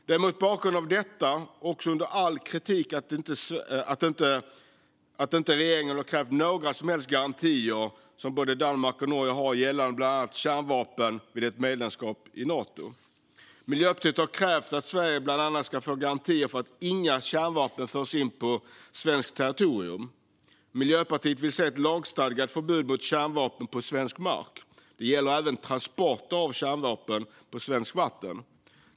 Det är mot bakgrund av detta också under all kritik att regeringen inte har krävt några som helst garantier gällande bland annat kärnvapen vid ett medlemskap i Nato, vilket både Danmark och Norge har. Miljöpartiet har krävt att Sverige bland annat ska få garantier för att inga kärnvapen förs in på svenskt territorium. Miljöpartiet vill se ett lagstadgat förbud mot kärnvapen på svensk mark. Det gäller även transport av kärnvapen på svenskt vatten.